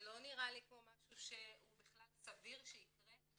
זה לא נראה לי כמו משהו שבכלל סביר שיקרה.